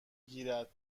گیرد